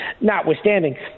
notwithstanding